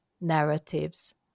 narratives